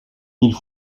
mille